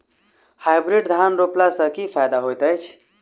Hybrid धान रोपला सँ की फायदा होइत अछि?